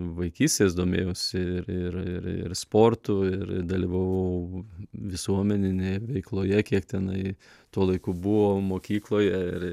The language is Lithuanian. vaikystės domėjausi ir ir ir ir sportu ir dalyvavau visuomeninėje veikloje kiek tenai tuo laiku buvo mokykloje ir